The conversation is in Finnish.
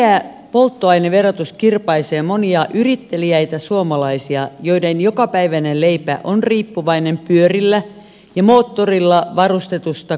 kireä polttoaineverotus kirpaisee monia yritteliäitä suomalaisia joiden jokapäiväinen leipä on riippuvainen pyörillä ja moottorilla varustetusta kulkuneuvosta